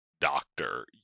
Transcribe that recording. doctor